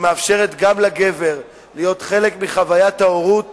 שמאפשרת גם לגבר להיות חלק מחוויית ההורות